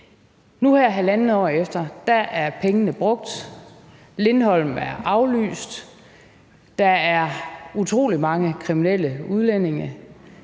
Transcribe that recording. Nu her halvandet år efter er pengene brugt, Lindholm er aflyst, og der er utrolig mange kriminelle udlændinge